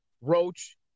Roach